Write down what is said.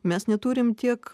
mes neturim tiek